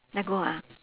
let go ah